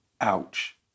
Ouch